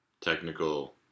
technical